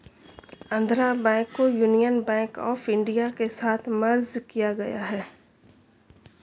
Andhra bank को union bank of India के साथ मर्ज किया गया है